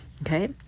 Okay